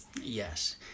Yes